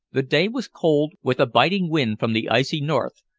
the day was cold, with a biting wind from the icy north,